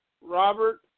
Robert